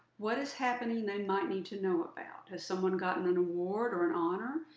what is happening they might need to know about. has someone gotten an award or an honor,